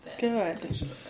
Good